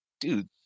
dude